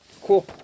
cool